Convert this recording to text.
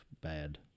bad